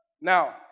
Now